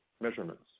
measurements